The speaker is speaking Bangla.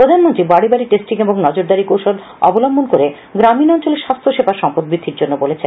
প্রধানমন্ত্রী বাডি বাডি টেস্টিং এবং নজরদারি কৌশল অবলম্বন করে গ্রামীণ অঞ্চলে স্বাস্থ্যসেবা সম্পদ বৃদ্ধির জন্য বলেছেন